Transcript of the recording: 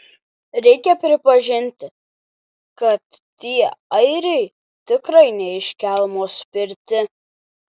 reikia pripažinti kad tie airiai tikrai ne iš kelmo spirti